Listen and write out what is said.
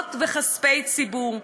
תרומות וכספי ציבור.